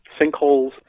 sinkholes